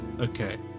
Okay